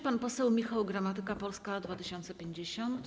Pan poseł Michał Gramatyka, Polska 2050.